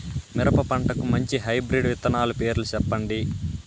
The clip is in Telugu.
మిరప పంటకు మంచి హైబ్రిడ్ విత్తనాలు పేర్లు సెప్పండి?